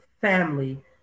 family